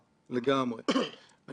דווקא בחלק הזה אתה יכול להביך אותי...